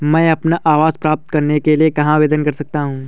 मैं अपना आवास प्राप्त करने के लिए कहाँ आवेदन कर सकता हूँ?